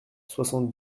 soixante